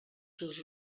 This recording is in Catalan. seus